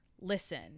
listen